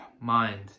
mind